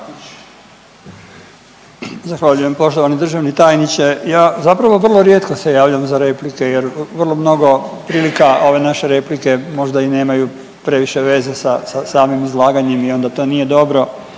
Zahvaljujem. Poštovani državni tajniče ja zapravo vrlo rijetko se javljam za replike jer vrlo mnogo prilika ove naše replike možda i nemaju previše veze sa samim izlaganjem i onda to nije dobro,